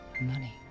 money